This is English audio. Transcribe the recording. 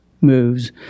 moves